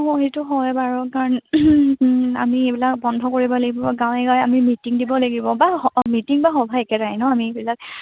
অঁ সেইটো হয় বাৰু কাৰণ আমি এইবিলাক বন্ধ কৰিব লাগিব গাঁৱে গাঁৱে আমি মিটিং দিব লাগিব বা মিটিং বা সভা একেটাই নহ্ আমি এইবিলাক